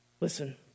Listen